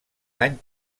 dany